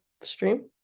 stream